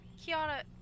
Kiara